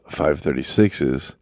536s